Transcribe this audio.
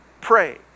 pray